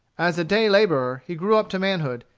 as a day-laborer he grew up to manhood,